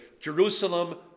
Jerusalem